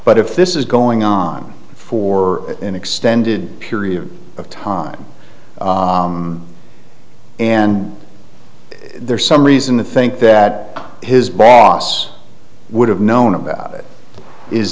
but if this is going on for an extended period of time and there's some reason to think that his boss would have known about it is